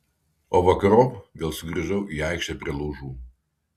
o vakarop vėl sugrįžau į aikštę prie laužų